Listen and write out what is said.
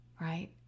right